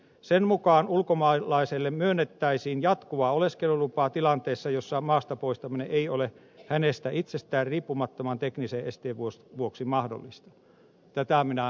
sen mukaan ulkomaalaiselle myönnettäisiin jatkuva oleskelulupa tilanteessa jossa maastapoistaminen ei ole hänestä itsestään riippumattoman teknisen esteen vuoksi mahdollista